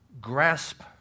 grasp